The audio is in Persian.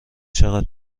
چقدر